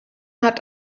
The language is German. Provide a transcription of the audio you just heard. hat